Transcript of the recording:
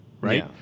right